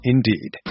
Indeed